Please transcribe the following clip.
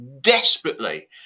desperately